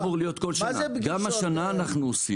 זה אמור להיות כל שנה, גם השנה אנחנו עושים.